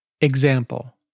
Example